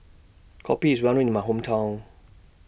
Kopi IS Well known in My Hometown